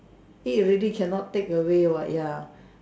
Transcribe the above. eat already cannot take away what ya